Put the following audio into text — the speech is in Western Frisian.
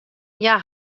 hja